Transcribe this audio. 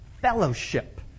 Fellowship